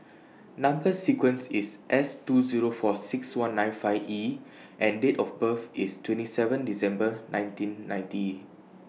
Number sequence IS S two Zero four six one nine five E and Date of birth IS twenty seven December nineteen ninety